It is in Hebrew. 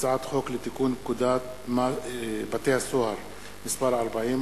הצעת חוק לתיקון פקודת בתי-הסוהר (מס' 40),